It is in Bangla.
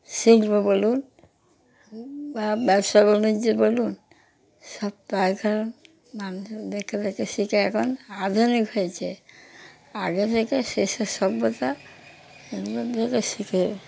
শিল্প বলুন বা ব্যবসা বাণিজ্য বলুন সব কারখানা মানুষজন দেখে দেখে শিখে এখন আধুনিক হয়েছে আগে থেকে সে সব সভ্যতা এগুলো দেখে শিখে